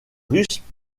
russe